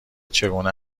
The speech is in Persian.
چگونه